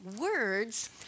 Words